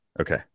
okay